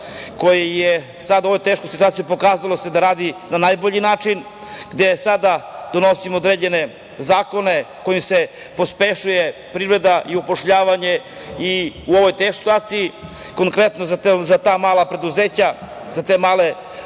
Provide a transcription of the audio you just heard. koje se sad u ovoj teškoj situaciji pokazalo da radi na najbolji način, gde sada donosimo određene zakone, kojim se pospešuje privreda i upošljavanje i u ovoj teškoj situaciji, konkretno za ta mala preduzeća, za te male privredne